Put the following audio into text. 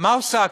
מה עושה הכנסת,